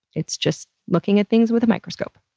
it's just looking at things with a microscope.